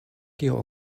kio